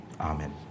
Amen